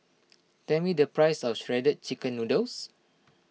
tell me the price of Shredded Chicken Noodles